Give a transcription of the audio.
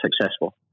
successful